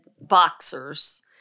boxers